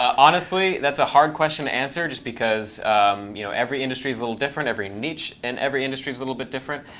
honestly, that's a hard question to answer just because you know every industry is a little different. every niche in every industry is a little bit different.